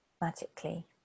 magically